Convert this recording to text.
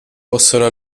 possono